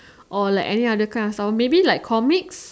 or like any other kind of style maybe like comics